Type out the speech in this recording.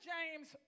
James